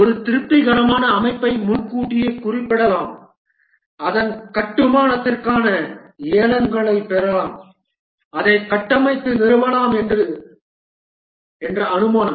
ஒருவர் திருப்திகரமான அமைப்பை முன்கூட்டியே குறிப்பிடலாம் அதன் கட்டுமானத்திற்கான ஏலங்களைப் பெறலாம் அதைக் கட்டமைத்து நிறுவலாம் என்ற அனுமானம்